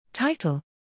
Title